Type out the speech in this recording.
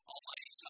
Almighty